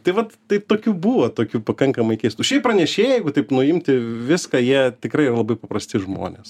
tai vat tai tokių buvo tokių pakankamai keistų šiaip pranešėjai jeigu taip nuimti viską jie tikrai labai paprasti žmonės